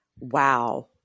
wow